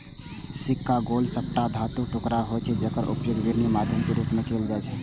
सिक्का गोल, सपाट धातुक टुकड़ा होइ छै, जेकर उपयोग विनिमय माध्यम के रूप मे कैल जाइ छै